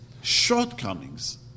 shortcomings